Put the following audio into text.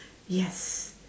yes